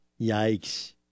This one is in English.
Yikes